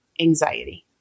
anxiety